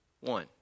one